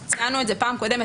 ציינו את זה גם בפעם הקודמת.